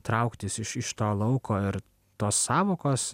trauktis iš iš to lauko ir tos sąvokos